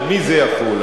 על מי זה יחול.